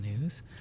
news